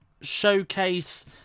showcase